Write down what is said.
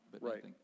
Right